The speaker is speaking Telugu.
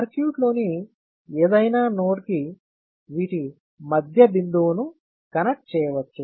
సర్క్యూట్లోని ఏదైనా నోడ్ కి వీటి మధ్య బిందువును కనెక్ట్ చేయవచ్చు